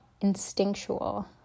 instinctual